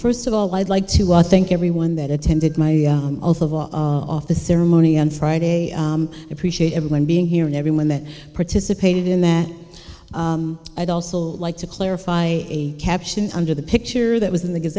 first of all i'd like to i think everyone that attended my off the ceremony on friday appreciate everyone being here and everyone that participated in that i'd also like to clarify a caption under the picture that was in the g